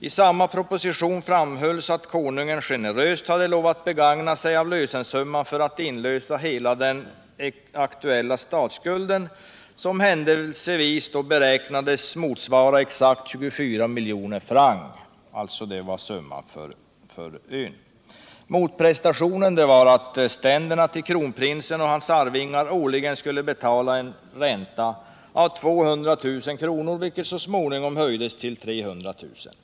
I samma proposition framhölls att konungen generöst hade lovat att begagna lösensumman för att med den inlösa hela den aktuella statsskulden, som händelsevis beräknades motsvara 24 milj. francs, exakt den summa som man hade fått för ön. Motprestationen var att ständerna till kronprinsen och hans arvingar årligen skulle betala en ränta av 200 000 kr., vilket så småningom höjdes till 300 000 kr.